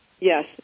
Yes